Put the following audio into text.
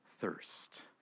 thirst